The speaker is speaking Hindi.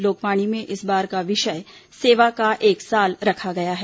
लोकवाणी में इस बार का विषय सेवा का एक साल रखा गया है